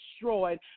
destroyed